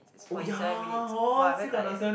it's forty seven minutes !wah! very tired